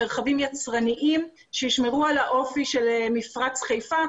מרחבים יצרניים שישמרו על האופי של מפרץ חיפה,